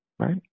Right